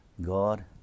god